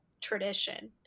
tradition